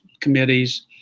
committees